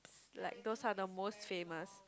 like those are the most famous